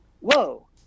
whoa